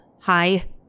Hi